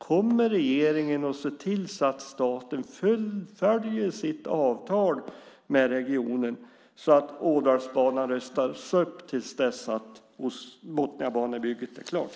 Kommer regeringen att se till så att staten följer sitt avtal med regionen så att Ådalsbanan rustas upp till dess Botniabanebygget är klart?